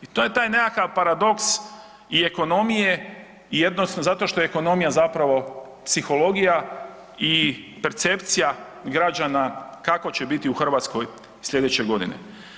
I to je taj nekakav paradoks i ekonomije zato što je ekonomija zapravo psihologija i percepcija građana kako će biti u Hrvatskoj sljedeće godine.